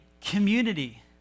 community